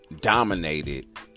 dominated